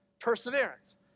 perseverance